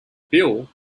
bill